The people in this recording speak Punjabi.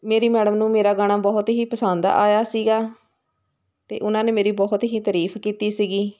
ਮੇਰੀ ਮੈਡਮ ਨੂੰ ਮੇਰਾ ਗਾਣਾ ਬਹੁਤ ਹੀ ਪਸੰਦ ਆਇਆ ਸੀਗਾ ਅਤੇ ਉਹਨਾਂ ਨੇ ਮੇਰੀ ਬਹੁਤ ਹੀ ਤਾਰੀਫ ਕੀਤੀ ਸੀਗੀ